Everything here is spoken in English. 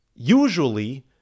Usually